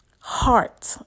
heart